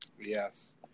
Yes